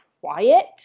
quiet